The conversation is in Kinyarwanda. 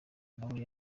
nawe